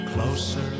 closer